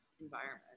environment